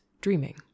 dreaming